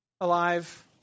alive